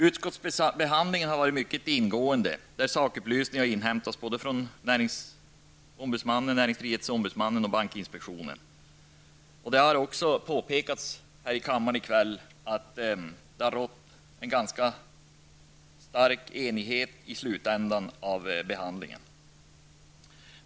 Utskottsbehandlingen har varit mycket ingående, där sakupplysningar inhämtats från både näringsfrihetsombudsmannen och bankinspektionen. Det har rått en ganska stor enighet i slutänden av behandlingen.